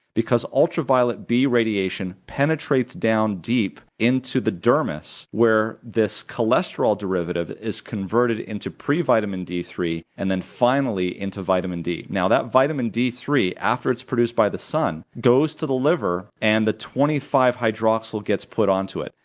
because ultraviolet b radiation penetrates down deep into the dermis, where this cholesterol derivative is converted into pre-vitamin d three and then finally into vitamin d. now that vitamin d three, after it's produced by the sun, goes to the liver and the twenty five hydroxyl gets put onto it.